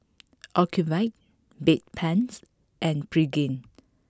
Ocuvite Bedpans and Pregain